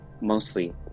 mostly